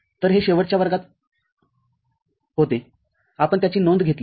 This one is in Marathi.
तर हे शेवटच्या वर्गात होतेआपण त्याची नोंद घेतली